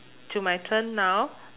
to my turn now